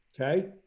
Okay